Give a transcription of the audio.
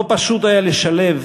לא פשוט היה לשלב